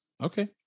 Okay